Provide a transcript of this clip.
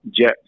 Jet